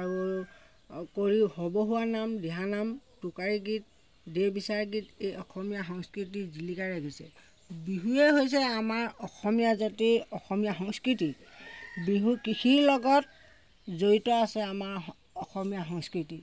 আৰু কৰি সবহুৱানাম দিহানাম টোকাৰি গীত দেহবিচাৰ গীত এই অসমীয়া সংস্কৃতি জিলিকাই ৰাখিছে বিহুৱে হৈছে আমাৰ অসমীয়া জাতিৰ অসমীয়া সংস্কৃতিৰ বিহু কৃষিৰ লগত জড়িত আছে আমাৰ অসমীয়া সংস্কৃতিত